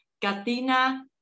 Katina